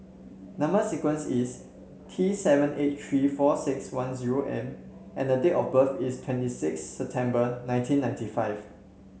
number sequence is T seven eight three four six one zero M and the date of birth is twenty six September nineteen ninety five